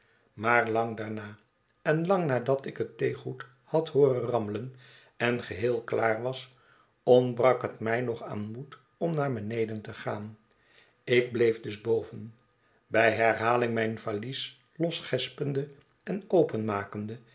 maar lang daarna en lang nadat ik het theegoed had hooren rammelen en geheel klaar was ontbrak het mij nog aan moed om naar beneden te gaan ik bleef dus boven bij herhaling mijn varies losgespende en openmakende